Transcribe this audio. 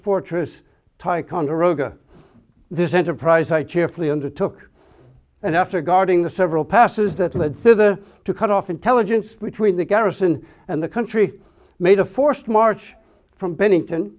ticonderoga this enterprise i cheerfully undertook and after guarding the several passes that led to the to cut off intelligence between the garrison and the country made a forced march from pennington